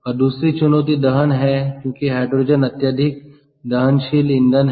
और दूसरी चुनौती दहन है क्योंकि हाइड्रोजन अत्यधिक दहनशील ईंधन है